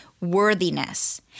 worthiness